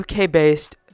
uk-based